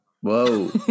Whoa